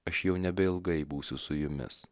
aš jau nebeilgai būsiu su jumis